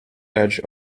edge